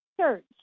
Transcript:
search